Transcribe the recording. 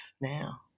now